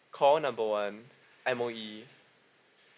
call number one M_O_E